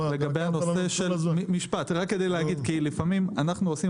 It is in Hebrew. לזה ותוקפים אותנו שאנחנו לא עושים